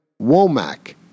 Womack